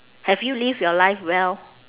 have you live your life well